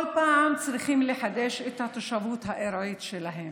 כל פעם צריכים לחדש את התושבות הארעית שלהם,